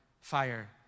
fire